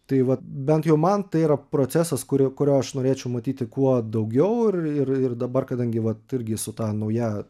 tai vat bent jau man tai yra procesas kur kurio aš norėčiau matyti kuo daugiau ir ir ir dabar kadangi vat irgi su ta nauja